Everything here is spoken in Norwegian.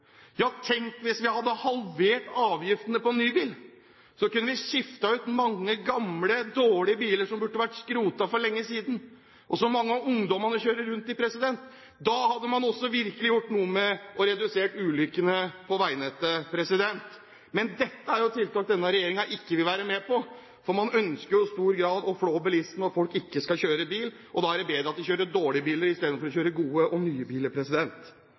Ja, tenk hvis vi hadde halvert avgiftene på nye biler! Da kunne vi skiftet ut mange gamle, dårlige biler som burde vært skrotet for lenge siden, og som mange av ungdommene kjører rundt i. Da hadde man også virkelig gjort noe for å redusere antall ulykker på veinettet. Men dette er tiltak denne regjeringen ikke vil være med på, for man ønsker jo i stor grad å flå bilistene og at folk ikke skal kjøre bil, og da er det bedre at de kjører dårlige biler istedenfor å kjøre gode og nye biler.